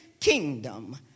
kingdom